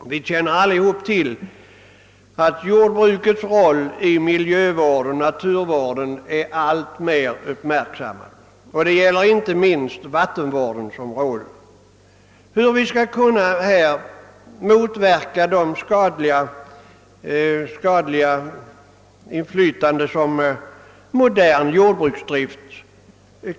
Alla känner vi till jordbrukets roll i miljöoch naturvården, och den har ju också uppmärksammats alltmer, inte minst i samband med vattenvården, där frågan är hur vi skall kunna motverka de skadliga verkningar som modern jordbruksdrift